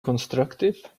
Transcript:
constructive